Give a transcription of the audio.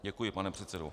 Děkuji, pane předsedo.